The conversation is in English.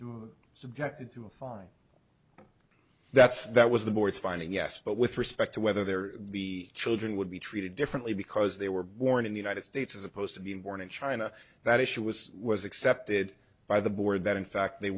to subject to a fine that's that was the board's finding yes but with respect to whether there the children would be treated differently because they were born in the united states as opposed to being born in china that issue was was accepted by the board that in fact they